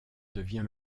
devient